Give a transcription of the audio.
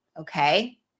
Okay